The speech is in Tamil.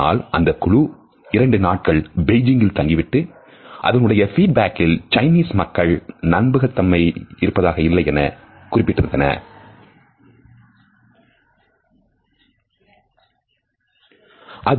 ஆனால் அந்தக் குழு இரண்டு நாட்கள் பெய்ஜிங்கில் தங்கிவிட்டு அதனுடைய feed backல் சைனீஸ் மக்களை நம்ப முடியவில்லை என குறிப்பிட்டிருந்தது